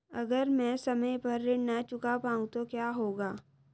अगर म ैं समय पर ऋण न चुका पाउँ तो क्या होगा?